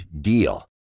DEAL